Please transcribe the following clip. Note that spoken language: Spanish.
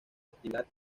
actividad